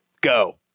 go